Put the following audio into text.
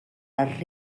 les